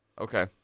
Okay